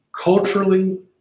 culturally